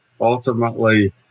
Ultimately